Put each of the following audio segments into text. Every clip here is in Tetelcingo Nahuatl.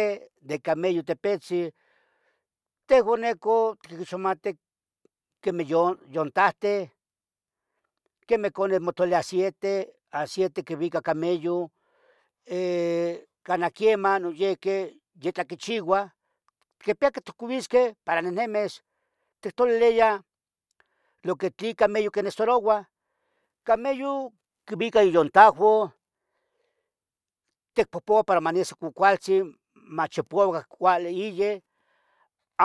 Eh, de cameyon tepitzin, tehoun neco tiguixmateh quemeh yon- yontahte quemeh cone motlatlia ahciete, ahciete quivica. cameyon, canah quiemah, noyehque, yetlah quichiua, quipia. que ticcovisqueh para nehnemes, tictloliliah, lo qui tlen cameyon. quinecetaroua Cameyon quivica iyuntahoun, ticpohpohou para ma nesi cuacualtzin. machipuauac cuali iyeh,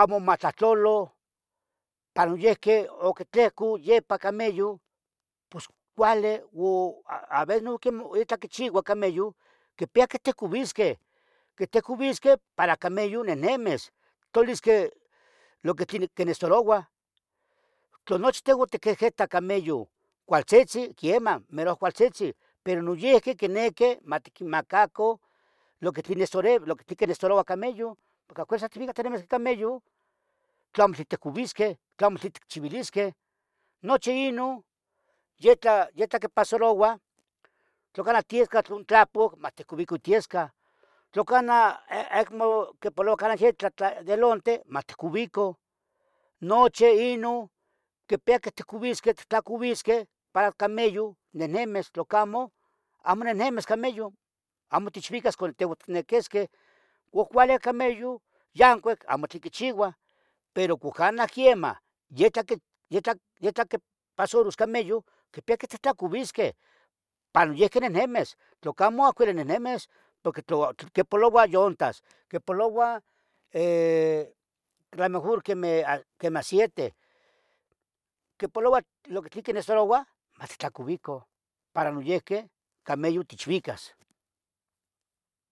amo matlohtlolo pa noyihqui oc itlehcu. yipa cameyon, pos cuali o aves, noihqui, mo itlah quichiua cameyon. quipia que ticovisqueh, qui tecovisque para cameyon nehnemes. tlolisqueh lo que tlen quinecetaroua tlo nochtin otiquihitac. cameyon cualtzetzen quiemah, merouac cualtzitzin, pero noyihque. queneque, matiquimacacon lo que tlen nesore, lo que tlen. quinecetaroua cameyon porque afuerza cameyon tlamo titlicovisqueh, tlamo tlen chivilisqueh, nochi inun yeh tla, yeh tla. quipasaroua tla canah tiesca tlon tla poc, matihcovican tiesca Tlo canah acmo quipoloua canah ietlah tlo de lonte matcovican. nochi inun, quipia que ticovisqueh, tlacovisqueh para cameyon. nehnemes tlocamo, amo nehnemes cameyon, amo techvicas cuando. tehuan ticnequisqueh Oc cuale cameyon yancuic, amo tlin quichiua pero cuh canah. quiemah, yetlah qui, yetlah, yetlah quipasuros cameyon. quipia quetictlacovisqueh, para noyihqui nehnemes, tlocamo. aco uili nehnemes porque tlo, quipoloua yuntas, quipoloua, eh. la mejor quiemeh ah, quiemeh ahciete, quipolouah lo que tlen. quinecetaroua mattlacovican para noyihque cameyon tichvicas.